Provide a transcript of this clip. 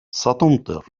ستمطر